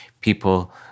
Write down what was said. people